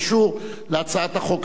אני קובע שההצעה לסדר,